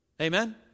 Amen